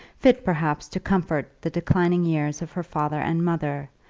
fit perhaps to comfort the declining years of her father and mother,